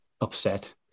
upset